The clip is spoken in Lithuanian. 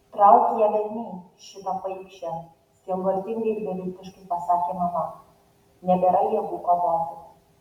trauk ją velniai šitą paikšę sielvartingai ir beviltiškai pasakė mama nebėra jėgų kovoti